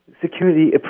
Security